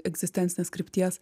egzistencinės krypties